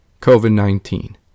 COVID-19